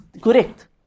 correct